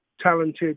talented